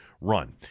run